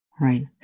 Right